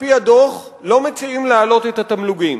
על-פי הדוח לא מציעים להעלות את התמלוגים.